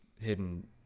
hidden